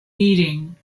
meeting